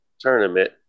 Tournament